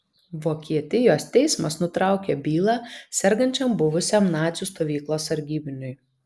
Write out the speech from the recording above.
vokietijos teismas nutraukė bylą sergančiam buvusiam nacių stovyklos sargybiniui